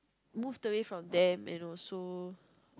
moved away from them and also